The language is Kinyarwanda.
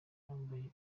bambaye